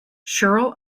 sheryl